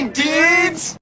dudes